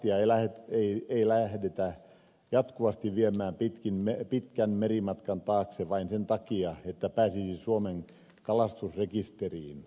lastia ei lähdetä jatkuvasti viemään pitkän merimatkan taakse vain sen takia että pääsisi suomen kalastusrekisteriin